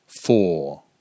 Four